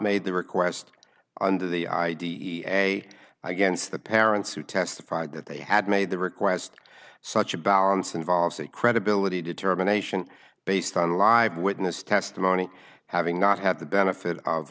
made the request under the id a against the parents who testified that they had made the request such a balance involves a credibility determination based on a live witness testimony having not had the benefit of